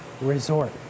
Resort